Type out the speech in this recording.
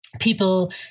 people